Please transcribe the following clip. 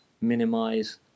minimize